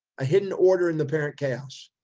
a hidden order in the apparent chaos.